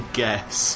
guess